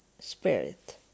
Spirit